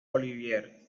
olivier